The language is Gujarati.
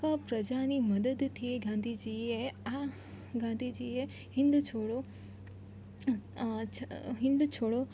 આ પ્રજાની મદદથી એ ગાંધીજીએ આ ગાંધીજીએ હિન્દ છોડો હિન્દ છોડો